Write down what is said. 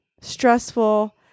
stressful